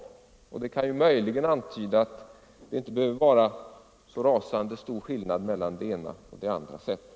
Det kan möjligen antyda att det inte behöver vara så rasande stor skillnad mellan det ena och det andra sättet.